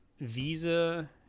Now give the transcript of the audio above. Visa